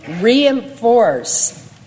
reinforce